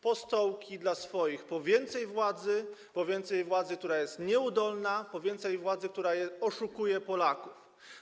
Po stołki dla swoich, po więcej władzy, po więcej władzy, która jest nieudolna, po więcej władzy, która oszukuje Polaków.